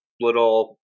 little